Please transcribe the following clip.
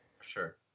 Sure